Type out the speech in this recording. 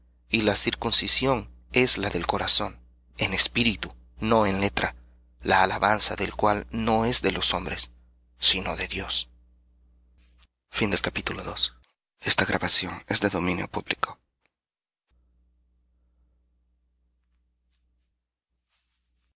y la circuncisión es la del corazón en espíritu no en letra la alabanza del cual no es de los hombres sino de dios capítulo